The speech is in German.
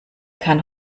kann